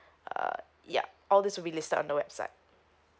uh yup all these we listed on the website